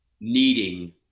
needing